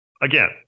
Again